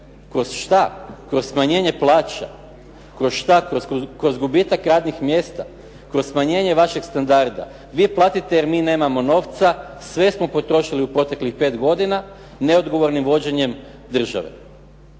kroz šta? Kroz smanjenje plaća? Kroz šta, kroz gubitak radnih mjesta? Kroz smanjenje vašeg standarda? Vi platite jer mi nemamo novca, sve smo potrošili u proteklih 5 godina neodgovornim vođenjem države.